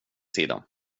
sida